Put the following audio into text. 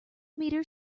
meter